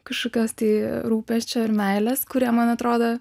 kažkokios tai rūpesčio ir meilės kurie man atrodo